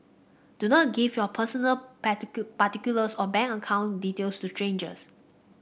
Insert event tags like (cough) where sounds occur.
do not give your personal (unintelligible) particulars or bank account details to strangers